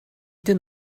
did